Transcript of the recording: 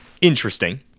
Interesting